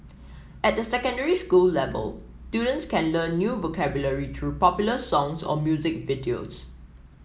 at the secondary school level students can learn new vocabulary through popular songs or music videos